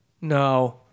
no